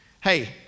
Hey